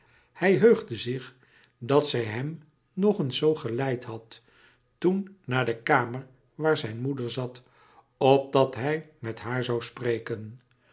hij heugde zich dat zij hem nog eens zoo geleid had toen naar de kamer waar zijn moeder zat opdat hij met haar zoû spreken